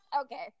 Okay